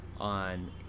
on